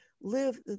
live